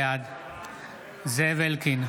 בעד זאב אלקין,